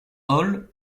hall